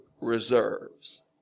reserves